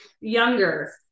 younger